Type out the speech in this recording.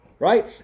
Right